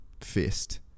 fist